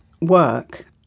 work